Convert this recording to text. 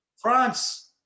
France